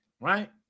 right